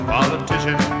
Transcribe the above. Politician